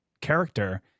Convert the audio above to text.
character